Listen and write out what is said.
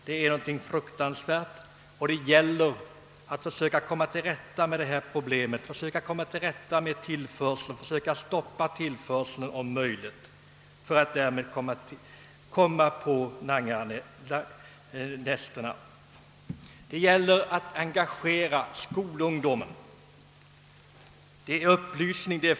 Det är något fruktansvärt! Vi måste på allt sätt försöka stoppa den tillförseln och komma åt langarnästena. Och där gäller det att engagera skol ungdomen genom upplysning.